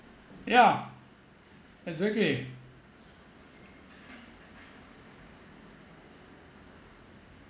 ya exactly